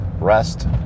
rest